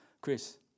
Chris